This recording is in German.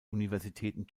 universitäten